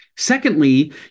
Secondly